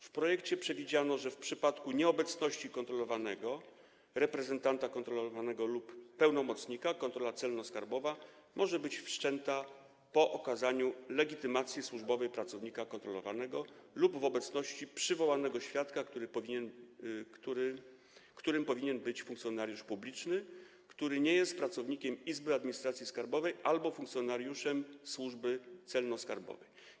W projekcie przewidziano, że w przypadku nieobecności kontrolowanego, reprezentanta kontrolowanego lub pełnomocnika kontrola celno-skarbowa może być wszczęta po okazaniu legitymacji służbowej pracownikowi kontrolowanego lub w obecności przywołanego świadka, którym powinien być funkcjonariusz publiczny, który nie jest pracownikiem Izby Administracji Skarbowej ani funkcjonariuszem Służby Celno-Skarbowej.